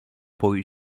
boi